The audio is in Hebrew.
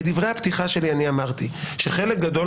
בדברי הפתיחה שלי אמרתי שחלק גדול